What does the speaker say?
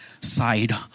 side